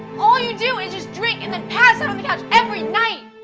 all you do is just drink and then pass out on the couch every night.